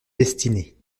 destinée